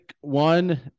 one